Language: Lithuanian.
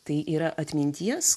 tai yra atminties